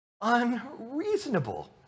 unreasonable